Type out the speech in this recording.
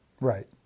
Right